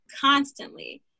constantly